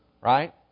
Right